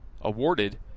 awarded